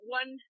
one